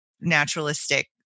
naturalistic